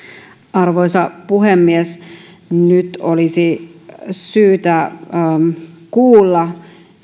arvoisa puhemies nyt olisi syytä kuulla